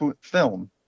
film